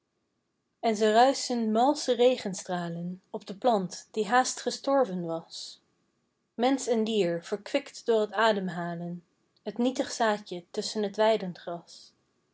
en ze ruischen malsche regenstralen op de plant die haast gestorven was mensch en dier verkwikt door t ademhalen t nietig zaadje tusschen t weidegras